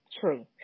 True